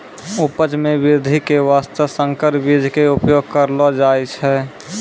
उपज मॅ वृद्धि के वास्तॅ संकर बीज के उपयोग करलो जाय छै